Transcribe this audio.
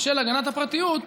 בשל הגנת הפרטיות,